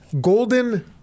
Golden